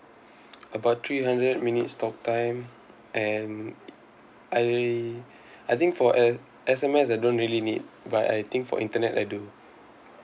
about three hundred minutes talk time and I I think for S S_M_S I don't really need but I think for internet I do